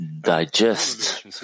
digest